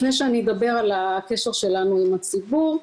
לפני שאדבר על הקשר שלנו עם הציבור.